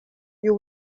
you